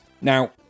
now